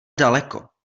daleko